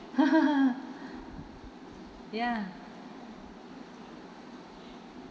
ya